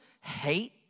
hate